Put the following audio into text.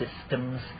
systems